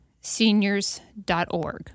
seniors.org